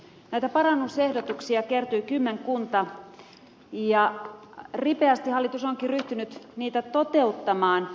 näitä parannusehdotuksia kertyi kymmenkunta ja ripeästi hallitus onkin ryhtynyt niitä toteuttamaan